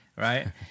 Right